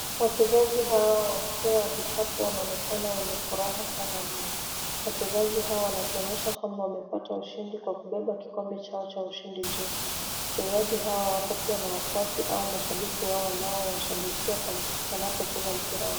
Wachezaji hawa wa mpira wa vikapu wanaonekana wenye furaha sana mno. Wachezaji hawa wanatuonyesha kwamba wamepata ushindi kwa kubeba kikombe chao cha ushindi juu. Wachezaji hawa wako pia na wafuasi au mashabiki wao wanaowashabikia wanapocheza mpira wao.